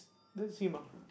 didn't see mah